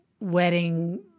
wedding